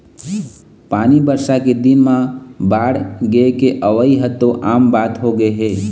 पानी बरसा के दिन म बाड़गे के अवइ ह तो आम बात होगे हे